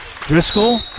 Driscoll